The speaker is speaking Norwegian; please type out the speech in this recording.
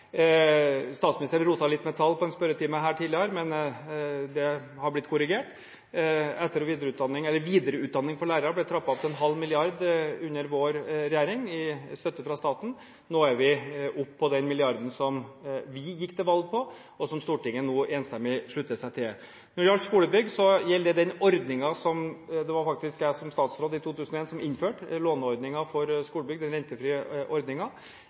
Statsministeren rotet litt med tall i en spørretime her tidligere, men det har blitt korrigert. Videreutdanning for lærere ble under vår regjering trappet opp til en halv milliard i støtte fra staten. Nå er vi oppe på den milliarden som vi gikk til valg på, og som Stortinget nå enstemmig slutter seg til. For skolebygg gjelder den rentefrie låneordningen som det faktisk var jeg som statsråd i 2001 som innførte. Her økes rammene for